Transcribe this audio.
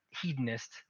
hedonist